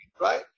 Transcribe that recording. Right